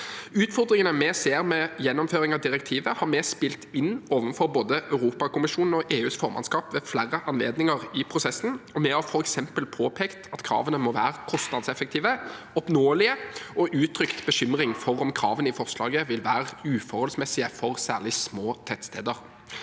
Utfordringene vi ser med gjennomføring av direktivet, har vi spilt inn overfor både Europakommisjonen og EUs formannskap ved flere anledninger i prosessen. Vi har f.eks. påpekt at kravene må være kostnadseffektive og oppnåelige, og vi har uttrykt bekymring for om kravene i forslaget vil være uforholdsmessige for særlig små tettsteder.